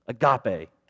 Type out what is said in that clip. agape